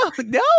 no